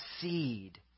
seed